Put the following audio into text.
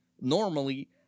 normally